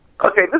Okay